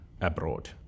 abroad